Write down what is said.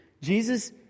Jesus